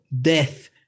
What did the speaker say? death